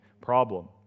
problem